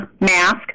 mask